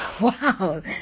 Wow